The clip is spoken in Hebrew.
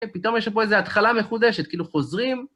פתאום יש פה איזה התחלה מחודשת, כאילו חוזרים...